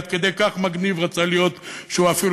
עד כדי כך מגניב רצה להיות שהוא אפילו